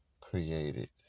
created